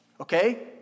okay